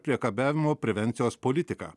priekabiavimo prevencijos politiką